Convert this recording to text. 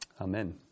Amen